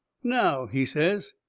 now, he says,